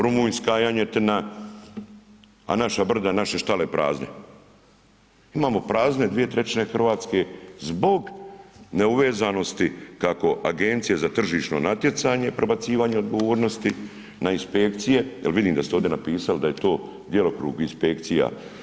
Rumunjska janjetina, a naša brda, naše štale prazne, imamo prazne dvije trećine Hrvatske zbog neuvezanosti kako Agencije za tržišno natjecanje prebacivanje odgovornosti, na inspekcije, jel vidim da ste ovdje napisali da je to djelokrug inspekcija.